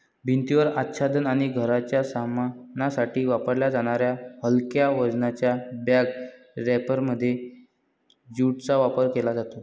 भिंतीवर आच्छादन आणि घराच्या सामानासाठी वापरल्या जाणाऱ्या हलक्या वजनाच्या बॅग रॅपरमध्ये ज्यूटचा वापर केला जातो